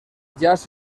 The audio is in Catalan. jaç